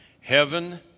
heaven